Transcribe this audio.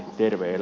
toisin päin